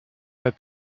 pas